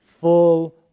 full